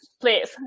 Please